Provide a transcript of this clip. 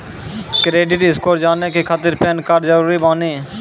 Credit score जाने के खातिर पैन कार्ड जरूरी बानी?